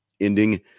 ending